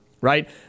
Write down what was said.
right